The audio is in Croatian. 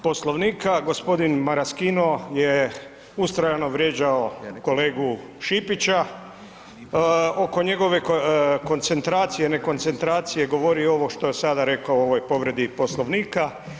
Poslovnik, g. Maraskino je ustrajao vrijeđao kolegu Šipića oko njegove koncentracije, ne koncentracije govori ovo što je sada rekao u ovoj povredi Poslovnika.